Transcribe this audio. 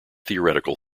theoretical